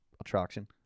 attraction